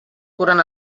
curen